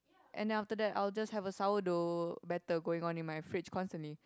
and then after that I'll just have a sour dough batter going on in my fridge constantly